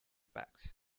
packs